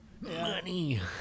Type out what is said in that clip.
Money